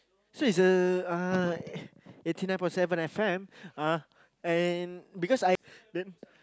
so it's a uh eighty nine point seven F_M uh and because I